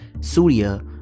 Surya